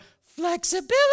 flexibility